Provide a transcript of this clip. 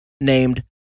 named